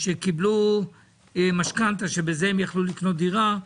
שקיבלו משכנתה שאיתה הם יכלו לקנות דירה,